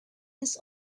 this